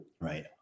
right